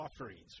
offerings